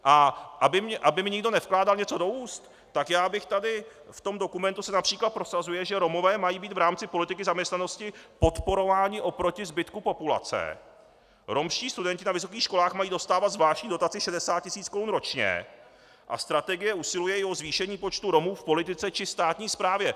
A aby mi někdo nevkládal něco do úst, tak já bych tady v tom dokumentu se například prosazuje, že Romové mají být v rámci politiky zaměstnanosti podporováni oproti zbytku populace, romští studenti na vysokých školách mají dostávat zvláštní dotaci 60 tisíc korun ročně a strategie usiluje i o zvýšení počtu Romů v politice či státní správě.